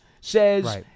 says